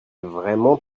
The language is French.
vraiment